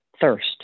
thirst